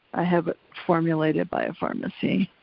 i have it formulated by a pharmacy.